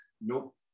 nope